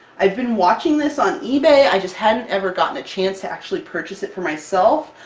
i've been watching this on ebay, i just hadn't ever gotten a chance to actually purchase it for myself!